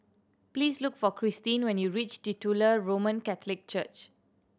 please look for Christine when you reach Titular Roman Catholic Church